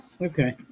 Okay